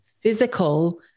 physical